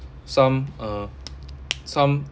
some uh some